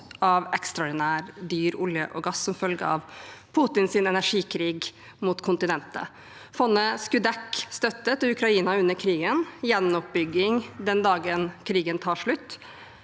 av ekstraordinært dyr olje og gass som følge av Putins energikrig mot kontinentet. Fondet skulle dekke støtte til Ukraina under krigen, gjenoppbygging den dagen krigen tar slutt,